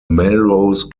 melrose